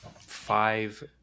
five